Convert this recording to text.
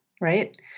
right